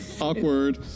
Awkward